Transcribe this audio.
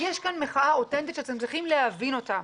יש כאן מחאה אותנטית שאתם צריכים להבין אותה.